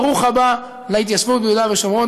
ברוך הבא להתיישבות ביהודה ושומרון,